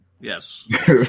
Yes